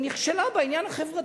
ונכשלה בעניין החברתי.